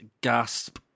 gasp